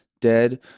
dead